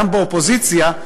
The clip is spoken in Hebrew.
גם באופוזיציה,